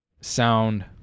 sound